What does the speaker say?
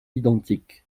identiques